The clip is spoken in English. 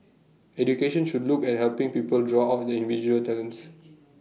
education should look at helping people draw out their individual talents